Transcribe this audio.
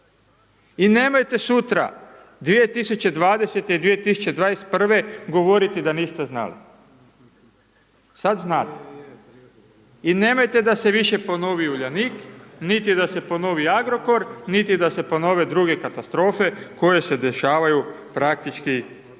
I nemojte sutra, 2020.-te, 2021., govoriti da niste znali, sad znate. I nemojte da se više ponovi Uljanik, niti da se ponovi Agrokor, niti da se ponove druge katastrofe koje se dešavaju, praktički na